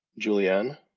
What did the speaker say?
Julianne